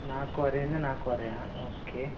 ನಾಲ್ಕುವರೆಯಿಂದ ನಾಲ್ಕುವರೆಯ ಓಕೆ